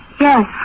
Yes